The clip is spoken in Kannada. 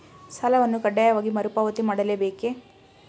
ಸಾಲವನ್ನು ಕಡ್ಡಾಯವಾಗಿ ಮರುಪಾವತಿ ಮಾಡಲೇ ಬೇಕೇ?